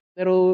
Pero